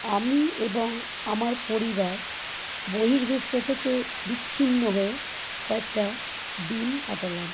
আমি এবং আমার পরিবার বহির্বিশ্ব থেকে বিচ্ছিন্ন হয়ে কয়েকটা দিন কাটালাম